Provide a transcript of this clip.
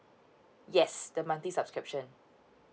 yes the monthly subscription